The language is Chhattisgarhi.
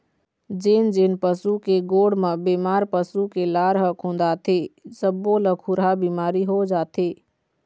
जेन जेन पशु के गोड़ म बेमार पसू के लार ह खुंदाथे सब्बो ल खुरहा बिमारी हो जाथे